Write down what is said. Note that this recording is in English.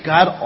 God